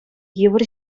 йывӑр